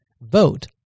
vote